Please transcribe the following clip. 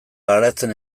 garatzen